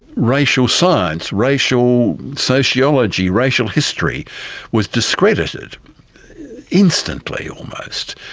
racial, science, racial sociology, racial history was discredited instantly, almost.